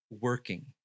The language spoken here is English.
working